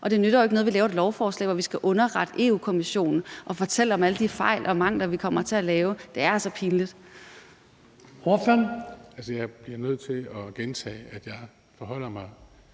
og det nytter jo ikke noget, vi laver et lovforslag, hvor vi skal underrette Europa-Kommissionen og fortælle om alle de fejl og mangler, vi kommer til at lave. Det er altså pinligt.